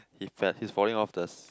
he fell he's falling off the s~